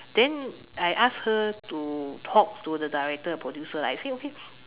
then I ask her to talk to the director producer I say okay